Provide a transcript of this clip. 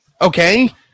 Okay